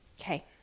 Okay